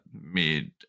made